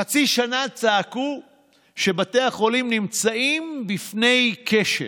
חצי שנה צעקו שבתי החולים נמצאים בפני כשל,